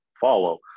follow